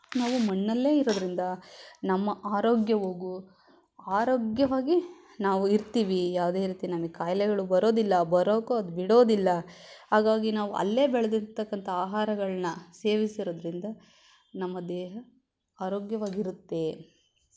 ನಾವು ಮಣ್ಣಲ್ಲೇ ಇರೋದ್ರಿಂದ ನಮ್ಮ ಆರೋಗ್ಯವಗು ಆರೋಗ್ಯವಾಗಿ ನಾವು ಇರ್ತೀವಿ ಯಾವುದೇ ರೀತಿ ನಮಗೆ ಕಾಯಿಲೆಗಳು ಬರೋದಿಲ್ಲ ಬರೋಕ್ಕೂ ಅದು ಬಿಡೋದಿಲ್ಲ ಹಾಗಾಗಿ ನಾವು ಅಲ್ಲೇ ಬೆಳೆದಿರತಕ್ಕಂಥ ಆಹಾರಗಳನ್ನ ಸೇವಿಸಿರೋದ್ರಿಂದ ನಮ್ಮ ದೇಹ ಆರೋಗ್ಯವಾಗಿರುತ್ತೆ